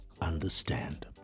understand